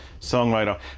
songwriter